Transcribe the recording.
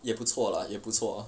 也不错 lah 也不错